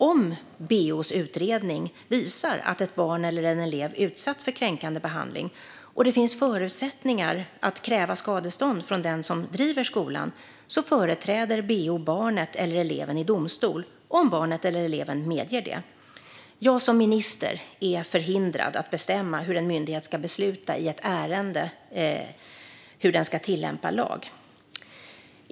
Om BEO:s utredning visar att ett barn eller en elev utsatts för kränkande behandling och det finns förutsättningar att kräva skadestånd från den som driver skolan företräder BEO barnet eller eleven i domstol om barnet eller eleven medger det. Jag som minister är förhindrad att bestämma hur en myndighet ska besluta i ett ärende om hur den ska tillämpa lag.